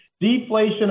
Deflation